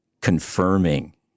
confirming